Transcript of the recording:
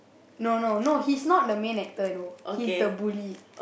no no no he's not main actor you know he is the bully